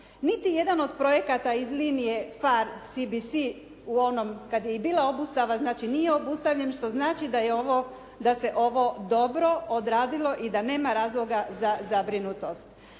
Niti jedan od projekata iz linije FAR CBC u onom kada je i bila obustava, znači nije obustavljen, što znači da se ovo dobro odrazilo i da nema razloga za zabrinutost.